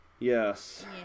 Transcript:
Yes